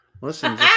Listen